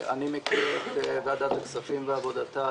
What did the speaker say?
אני מכיר את ועדת הכספים ועבודתה.